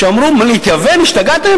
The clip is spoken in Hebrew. שאמרו: להתייוון, השתגעתם?